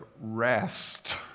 rest